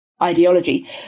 ideology